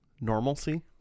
normalcy